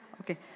Okay